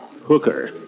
Hooker